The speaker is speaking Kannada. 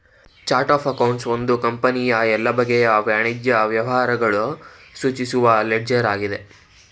ಚರ್ಟ್ ಅಫ್ ಅಕೌಂಟ್ ಒಂದು ಕಂಪನಿಯ ಎಲ್ಲ ಬಗೆಯ ವಾಣಿಜ್ಯ ವ್ಯವಹಾರಗಳು ಸೂಚಿಸುವ ಲೆಡ್ಜರ್ ಆಗಿದೆ